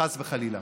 חס וחלילה,